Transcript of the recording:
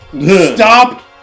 Stop